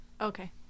Okay